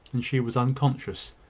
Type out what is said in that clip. and she was unconscious,